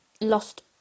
lost